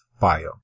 Bio